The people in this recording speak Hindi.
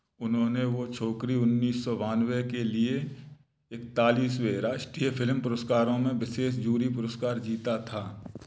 उन्होंने वो छोकरी उन्नीस सौ बानवे के लिए इकतालिसवें राष्ट्रीय फिल्म पुरस्कारों में विशेष जूरी पुरस्कार जीता था